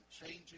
changing